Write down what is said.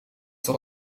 tot